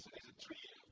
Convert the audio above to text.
is a tree of